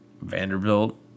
Vanderbilt